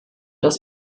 dass